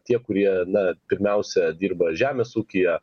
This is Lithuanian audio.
tie kurie na pirmiausia dirba žemės ūkyje